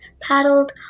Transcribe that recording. paddled